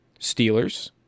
Steelers